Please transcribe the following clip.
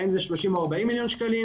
האם זה 30 או 40 מיליון שקלים,